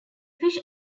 fish